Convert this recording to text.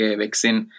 vaccine